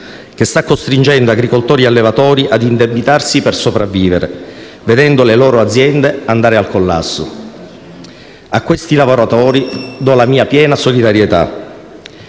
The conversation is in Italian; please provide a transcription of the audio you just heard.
che sta costringendo agricoltori e allevatori ad indebitarsi per sopravvivere, vedendo le loro aziende andare al collasso. A questi lavoratori do la mia piena solidarietà.